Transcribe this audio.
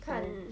mm